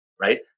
right